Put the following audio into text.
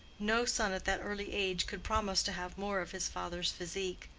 no son at that early age could promise to have more of his father's physique.